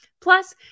Plus